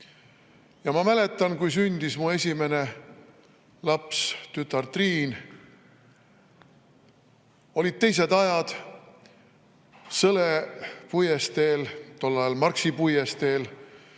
Ma mäletan, kui sündis mu esimene laps, tütar Triin. Olid teised ajad. Sõle puiesteel, tol ajal Marxi puiesteel